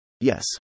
Yes